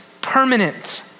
permanent